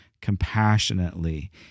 compassionately